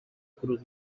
cruz